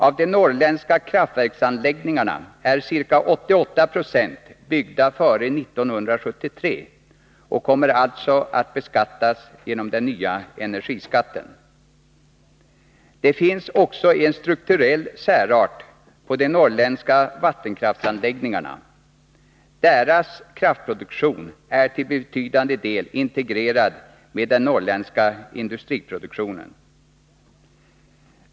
Av de norrländska kraftverksanläggningarna är ca 88 90 byggda före 1973 och kommer alltså att beskattas genom den nya energiskatten. Det finns också en strukturell särart på de norrländska vattenkraftsanläggningarna; deras kraftproduktion är till betydande del integrerad med den norrländska industriproduktionen.